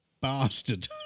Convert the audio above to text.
bastard